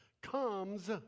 comes